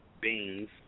Beans